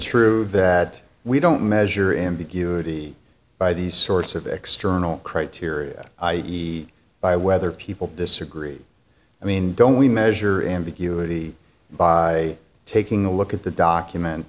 true that we don't measure ambiguity by these sorts of external criteria i e by whether people disagree i mean don't we measure ambiguity by taking a look at the document